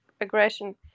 aggression